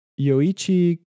Yoichi